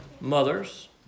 mothers